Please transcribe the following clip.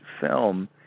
film